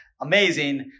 amazing